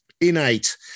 innate